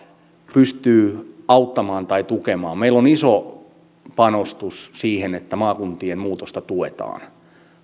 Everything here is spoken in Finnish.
pystyy auttamaan tai tukemaan meillä on iso panostus siihen että maakuntien muutosta tuetaan